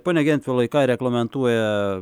pone gentvilai ką reglamentuoja